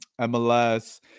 MLS